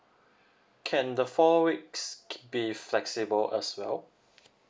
can the four weeks be flexible as well